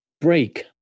Break